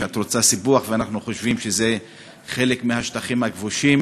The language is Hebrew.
שאת רוצה סיפוח ואנחנו חושבים שזה חלק מהשטחים הכבושים.